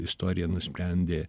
istoriją nusprendė